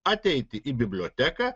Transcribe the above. ateiti į biblioteką